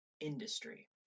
industry